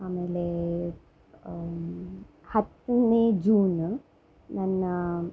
ಆಮೇಲೆ ಹತ್ತನೇ ಜೂನ ನನ್ನ